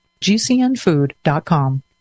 GCNfood.com